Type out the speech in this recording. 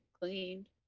cleaned